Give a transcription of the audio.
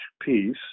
piece